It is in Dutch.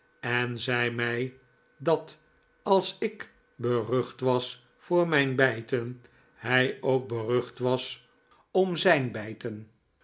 en zei mij dat als ik berucht was voor mijn bijten hij k berucht was voor zijn bijten